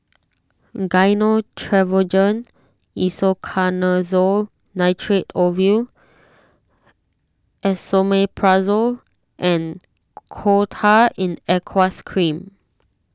Gyno Travogen Isoconazole Nitrate Ovule Esomeprazole and Coal Tar in Aqueous Cream